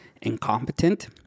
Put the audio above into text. incompetent